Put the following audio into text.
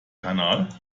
kanal